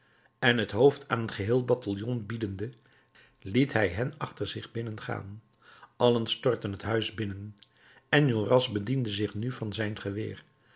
en het hoofd aan een geheel bataljon biedende liet hij hen achter zich binnengaan allen stortten het huis binnen enjolras bediende zich nu van zijn geweer